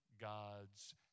God's